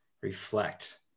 reflect